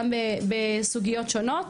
גם בסוגיות שונות.